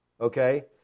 Okay